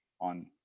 on